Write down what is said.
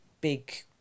big